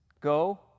Go